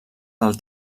del